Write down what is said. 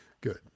Good